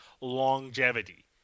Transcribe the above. longevity